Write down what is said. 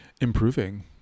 Improving